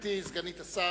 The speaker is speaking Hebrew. רצוני לשאול: